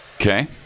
Okay